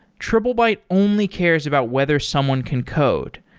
triplebyte only cares about whether someone can code.